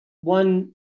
one